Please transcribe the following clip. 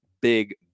big